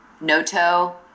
Noto